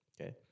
Okay